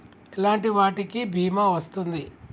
ఎలాంటి వాటికి బీమా వస్తుంది?